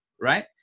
right